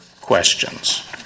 questions